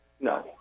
No